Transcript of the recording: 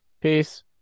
Peace